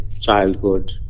childhood